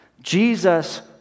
Jesus